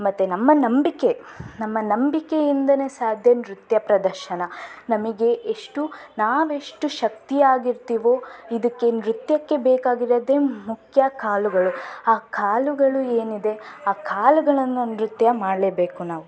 ಮತ್ತು ನಮ್ಮ ನಂಬಿಕೆ ನಮ್ಮ ನಂಬಿಕೆಯಿಂದಲೇ ಸಾಧ್ಯ ನೃತ್ಯ ಪ್ರದರ್ಶನ ನಮಗೆ ಎಷ್ಟು ನಾವೆಷ್ಟು ಶಕ್ತಿಯಾಗಿರ್ತೀವೋ ಇದಕ್ಕೆ ನೃತ್ಯಕ್ಕೆ ಬೇಕಾಗಿರೋದೇ ಮುಖ್ಯ ಕಾಲುಗಳು ಆ ಕಾಲುಗಳು ಏನಿದೆ ಆ ಕಾಲುಗಳನ್ನು ನೃತ್ಯ ಮಾಡಲೇಬೇಕು ನಾವು